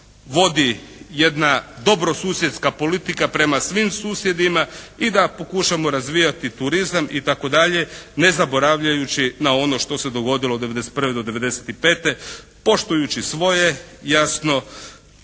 vodi jedna dobrosusjedska politika prema svim susjedima i da pokušamo razvijati turizam itd. ne zaboravljajući na ono što se dogodilo od 91. do 95. poštujući svoje jasno